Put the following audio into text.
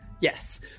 Yes